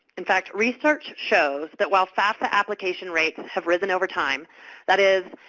in fact, research shows that while fafsa application rates have risen over time that is,